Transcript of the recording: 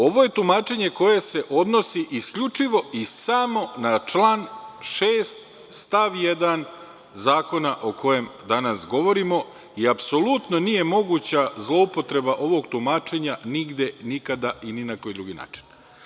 Ovo je tumačenje koje se odnosi isključivo i samo na član 6. stav 1. Zakona o kojem danas govorimo i apsolutno nije moguća zloupotreba ovog tumačenja nigde, nikada i ni na koji drugi način.